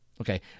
okay